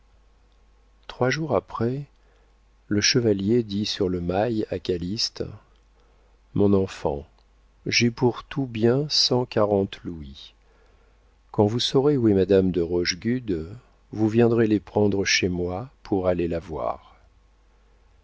trois jours après le chevalier dit sur le mail à calyste mon enfant j'ai pour tout bien cent quarante louis quand vous saurez où est madame de rochegude vous viendrez les prendre chez moi pour aller la voir